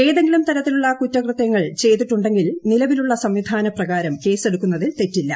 ഏതെങ്കിലും തരത്തിലുള്ള കുറ്റകൃത്യങ്ങൾ ചെയ്തിട്ടുണ്ടെങ്കിൽ നിലവിലുള്ള സംവിധാന പ്രകാരം കേസെടുക്കുന്നതിൽ തെറ്റില്ല